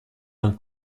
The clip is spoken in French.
d’un